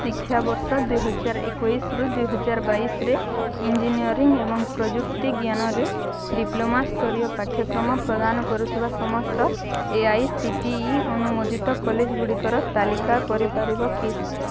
ଶିକ୍ଷାବର୍ଷ ଦୁଇ ହଜାର ଏକେଇଶି ଦୁଇ ହଜାର ବାଇଶିରେ ଇଞ୍ଜିନିୟରିଂ ଏବଂ ପ୍ରଯୁକ୍ତିଜ୍ଞାନରେ ଡ଼ିପ୍ଲୋମା ସ୍ତରୀୟ ପାଠ୍ୟକ୍ରମ ପ୍ରଦାନ କରୁଥିବା ସମସ୍ତ A I C T E ଅନୁମୋଦିତ କଲେଜ୍ଗୁଡ଼ିକର ତାଲିକା କରିପାରିବ କି